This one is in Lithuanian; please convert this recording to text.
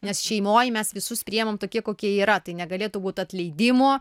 nes šeimoj mes visus priimam tokie kokie yra tai negalėtų būt atleidimų